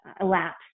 elapsed